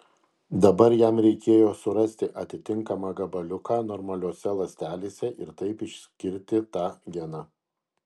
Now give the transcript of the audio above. dabar jam reikėjo surasti atitinkamą gabaliuką normaliose ląstelėse ir taip išskirti tą geną